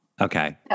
Okay